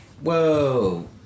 Whoa